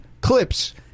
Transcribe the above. clips